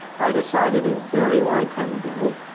i decided a very long time ago,